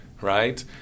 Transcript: Right